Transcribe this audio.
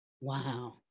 Wow